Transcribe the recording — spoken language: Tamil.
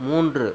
மூன்று